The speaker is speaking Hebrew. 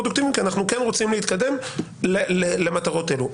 פרודוקטיביים כי אנחנו כן רוצים להתקדם למטרות אלו.